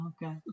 Okay